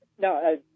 No